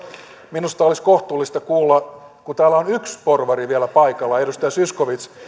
minusta olisi kohtuullista kuulla kun täällä on yksi porvari vielä paikalla edustaja zyskowicz